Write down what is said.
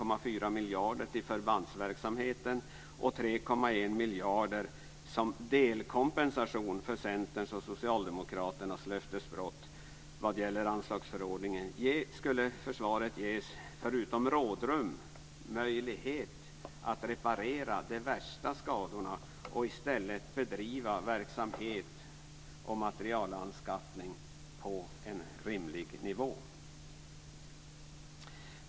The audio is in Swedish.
miljarder till förbandsverksamheten och 3,1 miljarder som delkompensation för Centerns och Socialdemokraternas löftesbrott vad gäller anslagsförordningen skulle försvaret, förutom rådrum, ges möjlighet att reparera de värsta skadorna och i stället bedriva verksamhet och materialanskaffning på en rimlig nivå.